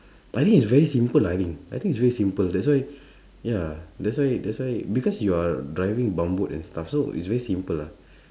I think is very simple lah I think I think is very simple that's why ya that's why that's why because you're driving bump boat and stuff so it's very simple ah